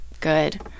good